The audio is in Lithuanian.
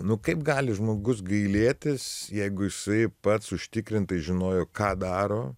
nu kaip gali žmogus gailėtis jeigu jisai pats užtikrintai žinojo ką daro